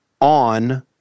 on